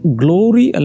glory